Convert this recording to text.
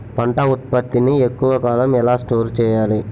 పంట ఉత్పత్తి ని ఎక్కువ కాలం ఎలా స్టోర్ చేయాలి?